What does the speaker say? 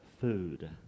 food